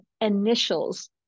initials